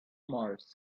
mars